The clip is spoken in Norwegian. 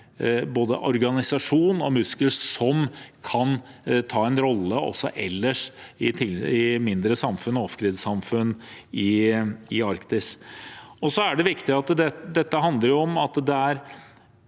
organisasjon og muskel som kan ta en rolle også ellers i mindre samfunn og «offgrid»-samfunn i Arktis. Det er viktig at dette handler om at de